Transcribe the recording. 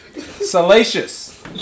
salacious